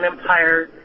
Empire